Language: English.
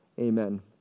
Amen